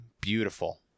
beautiful